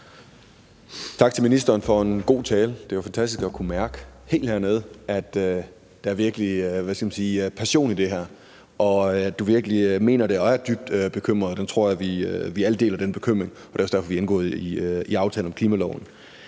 Tak til ministeren for en god tale. Det var fantastisk at kunne mærke helt hernede bagest i salen, at der virkelig er passion i det her, og at du virkelig mener det og er dybt bekymret. Jeg tror, at vi alle deler den bekymring, og det er også derfor, vi har indgået aftalen om klimaloven.